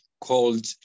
called